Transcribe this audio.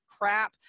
crap